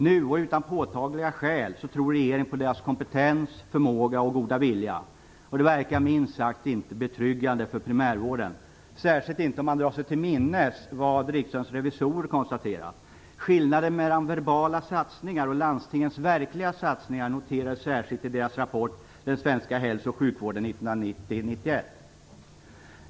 Nu, utan påtagliga skäl, tror regeringen på deras kompetens, förmåga och goda vilja. Det verkar minst sagt inte betryggande för primärvården, särskilt inte om man drar sig till minnes vad Riksdagens revisorer konstaterat. Skillnaden mellan "verbala satsningar" och landstingens verkliga satsningar noteras särskilt i deras rapport Den svenska hälso och sjukvården 1990/91.